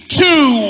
two